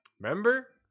Remember